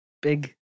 big